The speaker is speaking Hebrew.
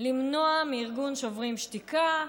למנוע מארגון שוברים שתיקה,